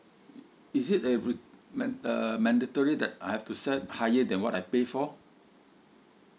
is it a uh mandatory that I have to set higher than what I pay for